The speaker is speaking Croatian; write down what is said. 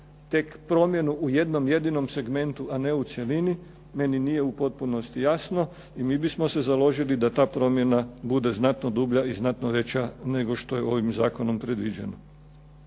tek promjenu u jednom jedinom segmentu, a ne u cjelini, meni nije u potpunosti jasno i mi bismo se založili da ta promjena bude znatno dublja i znatno veća nego što je ovim zakonom predviđeno.